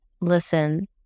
listen